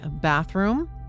bathroom